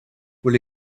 will